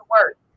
work